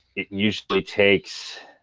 it usually takes